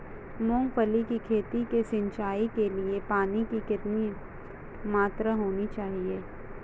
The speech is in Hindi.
मूंगफली की खेती की सिंचाई के लिए पानी की कितनी मात्रा होनी चाहिए?